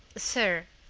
sir,